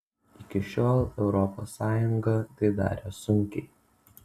iki šiol europos sąjunga tai darė sunkiai